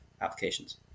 applications